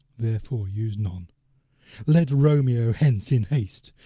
therefore use none let romeo hence in haste,